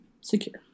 secure